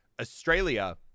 Australia